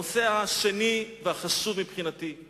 הנושא השני והחשוב מבחינתי הוא